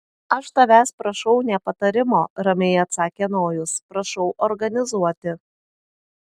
aš tavęs prašau ne patarimo ramiai atsakė nojus prašau organizuoti